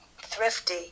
thrifty